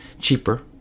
Cheaper